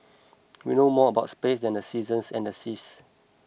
we know more about space than the seasons and the seas